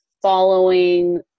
following